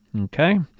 okay